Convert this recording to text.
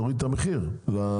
בעצם תוריד את המחירים למכולות,